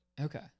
okay